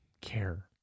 care